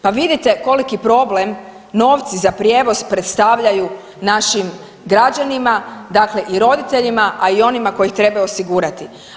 Pa vidite koliki problem novci za prijevoz predstavljaju našim građanima, dakle i roditeljima, a i onima koji ih trebaju osigurati.